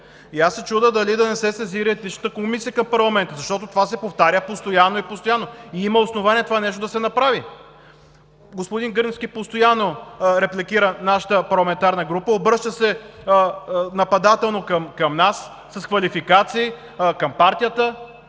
И аз се чудя дали да не се сезира Етичната комисия към парламента, защото това се повтаря постоянно и постоянно. И има основание това нещо да се направи. Господин Гърневски постоянно репликира нашата парламентарна група, обръща се нападателно към нас с квалификации към партията.